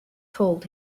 told